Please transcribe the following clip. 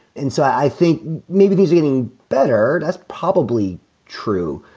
and so i think maybe these are getting better. that's probably true.